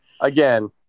Again